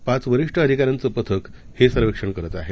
पाच वरिष्ठ अधिकाऱ्यांच पथक हे सर्वेक्षण करत आहे